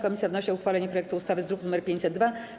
Komisja wnosi o uchwalenie projektu ustawy z druku nr 502.